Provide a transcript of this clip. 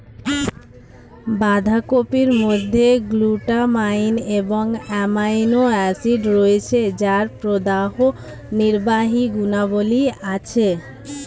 বাঁধাকপির মধ্যে গ্লুটামাইন এবং অ্যামাইনো অ্যাসিড রয়েছে যার প্রদাহনির্বাহী গুণাবলী আছে